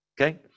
okay